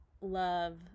love